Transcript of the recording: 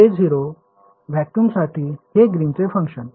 k0 व्हॅक्यूमसाठी हे ग्रीनचे फंक्शन